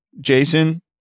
Jason